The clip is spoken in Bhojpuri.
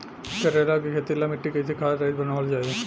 करेला के खेती ला मिट्टी कइसे खाद्य रहित बनावल जाई?